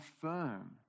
firm